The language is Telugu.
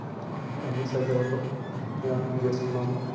అన్ని సౌకర్యాలను ఎరేంజ్ చేసుకున్నాము